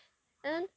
and then